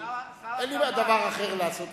אין לי דבר אחר לעשות,